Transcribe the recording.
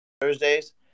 Thursdays